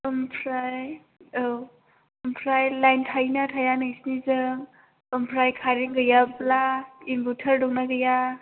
ओमफ्राय औ ओमफ्राय लाइन थायो ना थाया नोंसिनिजों ओमफ्राय खारेन गैयाब्ला इनभारटार दंना गैया